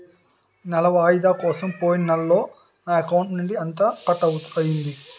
నెల వాయిదా కోసం పోయిన నెలలో నా అకౌంట్ నుండి ఎంత కట్ అయ్యింది?